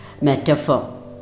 metaphor